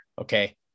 Okay